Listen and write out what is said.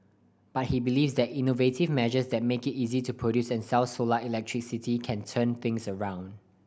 but he believes that innovative measures that make it easy to produce and sell solar electricity can turn things around